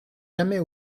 jamais